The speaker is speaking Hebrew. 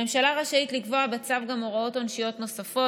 הממשלה רשאית לקבוע בצו גם הוראות עונשיות נוספות.